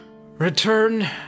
return